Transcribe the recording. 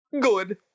good